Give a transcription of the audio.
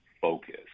focus